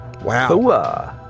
Wow